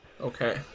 Okay